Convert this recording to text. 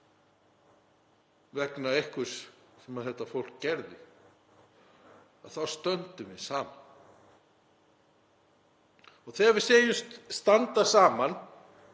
vegna einhvers sem þetta fólk gerði, þá stöndum við saman. Þegar við segjumst standa saman